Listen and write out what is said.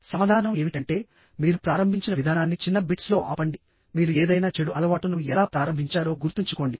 సమాధానం ఏమిటంటే మీరు ప్రారంభించిన విధానాన్ని చిన్న బిట్స్లో ఆపండి మీరు ఏదైనా చెడు అలవాటును ఎలా ప్రారంభించారో గుర్తుంచుకోండి